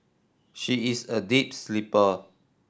she is a deep sleeper